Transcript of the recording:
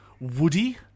woody